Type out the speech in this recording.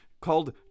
called